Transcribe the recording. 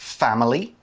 family